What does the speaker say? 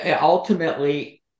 Ultimately